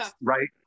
right